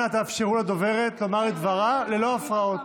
אנא תאפשרו לדוברת לומר את דברה ללא הפרעות.